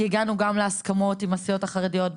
כי הגענו גם להסכמות עם הסיעות החרדיות,